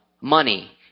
money